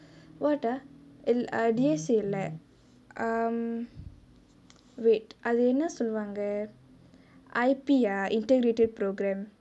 [what] ah um D_S_A இல்லே:illae um wait அது என்ன சொல்லுவாங்கே:athu enna solluvangae I_P ah integrated program